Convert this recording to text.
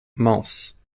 manses